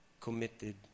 committed